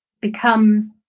become